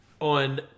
on